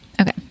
Okay